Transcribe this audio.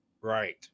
Right